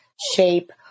shape